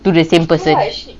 to the same person